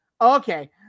okay